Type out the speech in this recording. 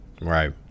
right